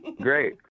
Great